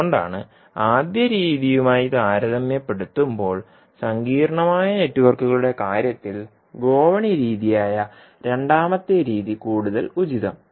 അതുകൊണ്ടാണ് ആദ്യ രീതിയുമായി താരതമ്യപ്പെടുത്തുമ്പോൾ സങ്കീർണ്ണമായ നെറ്റ്വർക്കുകളുടെ കാര്യത്തിൽ ഗോവണി രീതിയായ രണ്ടാമത്തെ രീതി കൂടുതൽ ഉചിതം